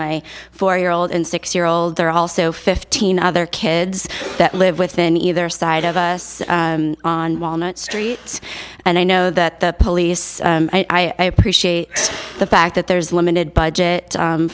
my four year old and six year old there are also fifteen other kids that live within either side of us on walnut street and i know that the police i appreciate the fact that there's a limited budget